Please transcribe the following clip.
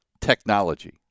technology